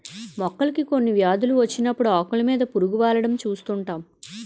మొక్కలకి కొన్ని వ్యాధులు వచ్చినప్పుడు ఆకులు మీద పురుగు వాలడం చూస్తుంటాం